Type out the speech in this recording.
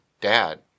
dad